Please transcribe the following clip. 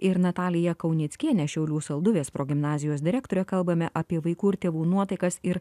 ir natalija kaunickiene šiaulių salduvės progimnazijos direktore kalbame apie vaikų ir tėvų nuotaikas ir